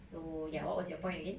so what was your point again